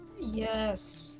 Yes